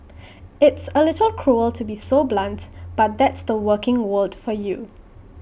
it's A little cruel to be so blunt but that's the working world for you